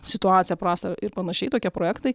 situaciją prastą ir ir panašiai tokie projektai